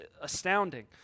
astounding